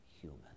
human